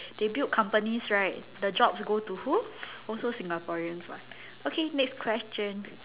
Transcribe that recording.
they build companies right the jobs goes to who also Singaporeans [what] okay next question